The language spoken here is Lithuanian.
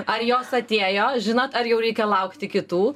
ar jos atėjo žinot ar jau reikia laukti kitų